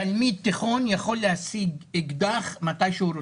תלמיד תיכון יכול להשיג אקדח מתי שהוא רוצה.